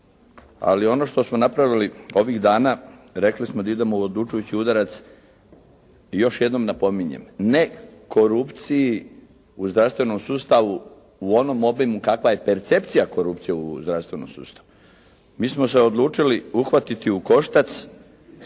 ali ono što smo napravili ovih dana rekli smo da idemo u odlučujući udarac i još jednom napominjem: Ne korupciji u zdravstvenom sustavu u onom obimu kakva je percepcija korupcije u zdravstvenom sustavu. Mi smo se odlučili uhvatiti u koštac